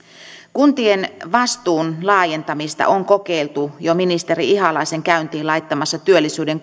kuntien vastuun laajentamista on kokeiltu jo ministeri ihalaisen käyntiin laittamassa työllisyyden